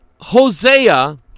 Hosea